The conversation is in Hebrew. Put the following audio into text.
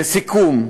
לסיכום,